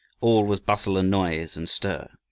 all was bustle and noise and stir.